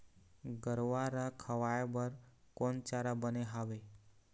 गरवा रा खवाए बर कोन चारा बने हावे?